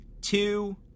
two